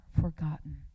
forgotten